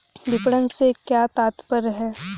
विपणन से क्या तात्पर्य है?